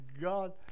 God